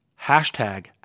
hashtag